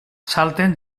salten